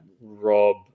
Rob